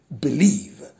believe